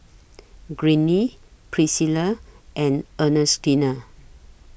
Greene Priscilla and Ernestina